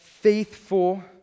faithful